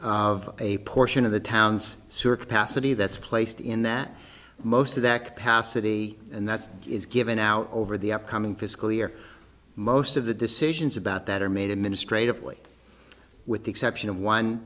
of a portion of the town's supercapacitor that's placed in that most of that capacity and that is given out over the upcoming fiscal year most of the decisions about that are made administratively with the exception of one